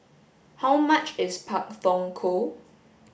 how much is Pak Thong Ko